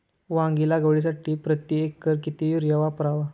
वांगी लागवडीसाठी प्रति एकर किती युरिया वापरावा?